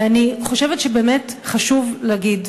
ואני חושבת שבאמת חשוב להגיד: